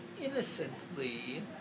innocently